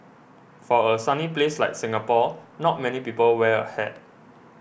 for a sunny place like Singapore not many people wear a hat